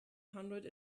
hundred